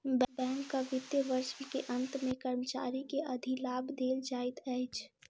बैंकक वित्तीय वर्ष के अंत मे कर्मचारी के अधिलाभ देल जाइत अछि